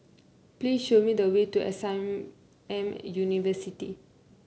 please show me the way to a Sam M University